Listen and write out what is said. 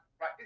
right